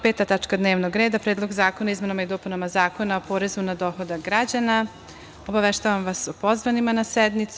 Peta tačka dnevnog reda – PREDLOG ZAKONA O IZMENAMA I DOPUNAMA ZAKONA O POREZU NA DOHODAK GRAĐANA Obaveštavam vas o pozvanima na sednicu.